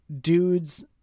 dudes